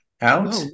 out